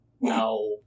No